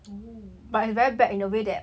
oh